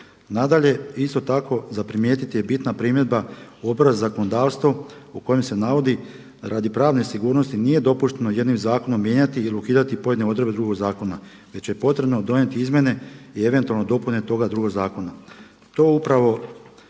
Nadalje, isto tako za primijetiti je bitna primjedba Odbora za zakonodavstvo u kojem se navodi: Radi pravne sigurnosti nije dopušteno jednim zakonom mijenjati ili ukidati pojedine odredbe drugog zakona već je potrebno donijeti izmjene i eventualno dopune toga drugog zakona.